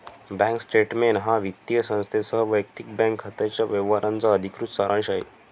bank statement हा वित्तीय संस्थेसह वैयक्तिक बँक खात्याच्या व्यवहारांचा अधिकृत सारांश आहे